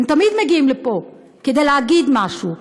הם תמיד מגיעים לפה כדי להגיד משהו,